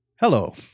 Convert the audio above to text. Hello